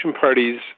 parties